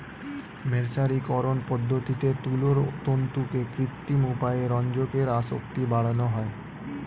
মের্সারিকরন পদ্ধতিতে তুলোর তন্তুতে কৃত্রিম উপায়ে রঞ্জকের আসক্তি বাড়ানো হয়